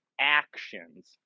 actions